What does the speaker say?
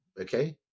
Okay